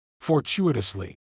Fortuitously